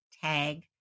tag